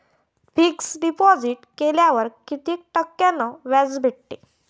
Fix deposit केल्यावर कितीक टक्क्यान व्याज भेटते?